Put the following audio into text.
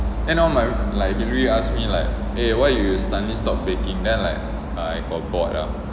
and all my like asked me like eh why you suddenly like start baking then like I got bored ah